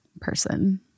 person